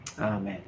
amen